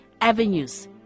avenues